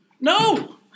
No